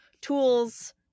tools